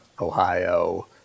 ohio